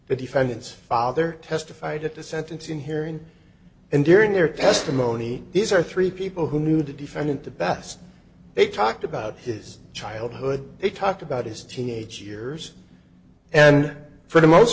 the defendant's father testified at the sentencing hearing and during their testimony these are three people who knew the defendant the best they talked about his childhood they talked about his teenage years and for the most